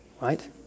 right